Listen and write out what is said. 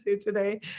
today